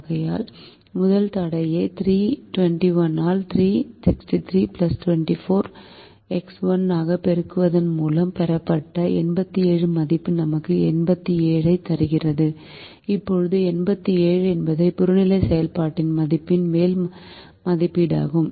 ஆகையால் முதல் தடையை 3 21 ஆல் 3 63 24 x 1 ஆகப் பெருக்குவதன் மூலம் பெறப்பட்ட 87 மதிப்பு நமக்கு 87 ஐத் தருகிறது இப்போது 87 என்பது புறநிலை செயல்பாடு மதிப்பின் மேல் மதிப்பீடாகும்